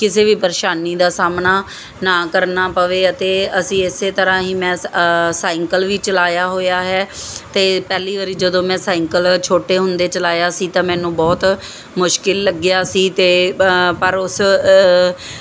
ਕਿਸੇ ਵੀ ਪਰੇਸ਼ਾਨੀ ਦਾ ਸਾਹਮਣਾ ਨਾ ਕਰਨਾ ਪਵੇ ਅਤੇ ਅਸੀਂ ਇਸੇ ਤਰ੍ਹਾਂ ਹੀ ਮੈਂ ਸਾਈਕਲ ਵੀ ਚਲਾਇਆ ਹੋਇਆ ਹੈ ਤੇ ਪਹਿਲੀ ਵਾਰੀ ਜਦੋਂ ਮੈਂ ਸਾਈਕਲ ਛੋਟੇ ਹੁੰਦੇ ਚਲਾਇਆ ਸੀ ਤਾਂ ਮੈਨੂੰ ਬਹੁਤ ਮੁਸ਼ਕਿਲ ਲੱਗਿਆ ਸੀ ਤੇ ਪਰ ਉਸ